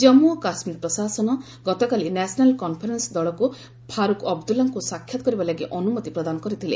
ଜନ୍ମୁ ଓ କାଶ୍ମୀର ପ୍ରଶାସନ ଗତକାଲି ନ୍ୟାସନାଲ୍ କନ୍ଫରେନ୍ସ ଦଳକୁ ଫାରୁକ୍ ଅବଦୁଲ୍ଲାଙ୍କୁ ସାକ୍ଷାତ କରିବାଲାଗି ଅନୁମତି ପ୍ରଦାନ କରିଥିଲେ